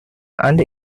and